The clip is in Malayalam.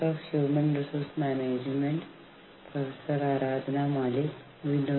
ഹ്യൂമൻ റിസോഴ്സ് മാനേജ്മെന്റ്നെ കുറിച്ചുള്ള സെഷനിലേക്ക് വീണ്ടും സ്വാഗതം